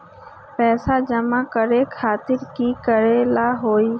पैसा जमा करे खातीर की करेला होई?